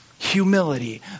Humility